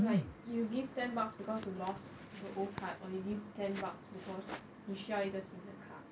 like you give ten bucks because you lost the old card or you give ten bucks because 你需要一个新的卡